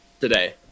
Today